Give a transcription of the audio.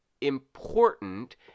important